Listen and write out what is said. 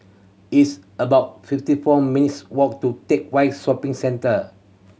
it's about fifty four minutes' walk to Teck Whye Shopping Centre